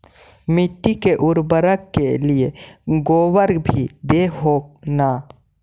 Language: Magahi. मिट्टी के उर्बरक के लिये गोबर भी दे हो न?